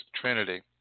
Trinity